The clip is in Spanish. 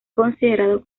considerado